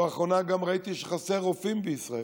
לאחרונה גם ראיתי שחסרים רופאים בישראל.